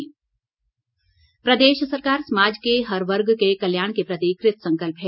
बिंदल प्रदेश सरकार समाज के हर वर्ग के कल्याण के प्रति कृतसंकल्प है